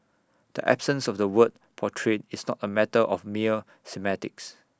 the absence of the word portrayed is not A matter of mere semantics